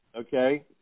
okay